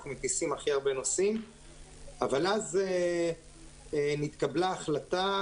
אנחנו מטיסים הכי הרבה נוסעים אבל אז התקבלה החלטה,